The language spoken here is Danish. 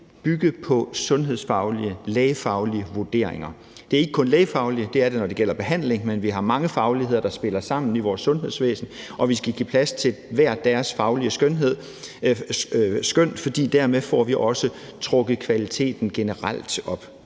bygge på sundhedsfaglige og lægefaglige vurderinger. Det er ikke kun det lægefaglige. Det er det, når det gælder behandlinger. Men vi har mange fagligheder, der spiller sammen i vores sundhedsvæsen, og vi skal give plads til de forskellige faglige skøn – ikke deres skønhed – for dermed får vi også generelt